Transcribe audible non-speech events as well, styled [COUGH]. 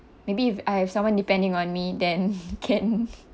maybe if I have someone depending on me then can [LAUGHS]